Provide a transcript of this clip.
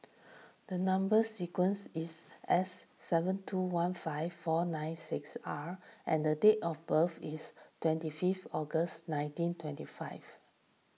the Number Sequence is S seven two one five four nine six R and the date of birth is twenty fifth August nineteen twenty five